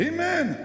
Amen